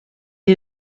est